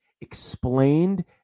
explained